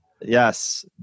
Yes